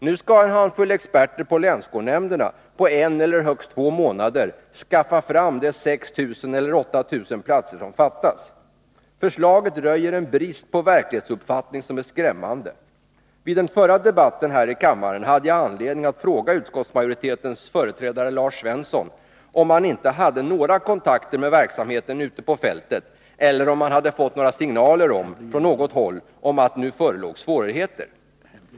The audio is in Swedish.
Nu skall en handfull experter från länsskolnämnderna på en eller högst två månader ”skaffa fram” de 6 000 eller 8 000 platser som fattas. Förslaget röjer en brist på verklighetsuppfattning som är skrämmande. Vid den förra debatten här i kammaren hade jag anledning att fråga utskottsmajoritetens företrädare Lars Svensson, om man inte hade några kontakter med verksamheten ute på fältet eller om man hade fått några signaler från något håll om att det nu förelåg svårigheter.